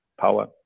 Power